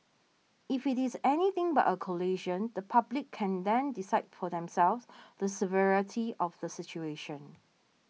if it is anything but a collision the public can then decide for themselves the severity of the situation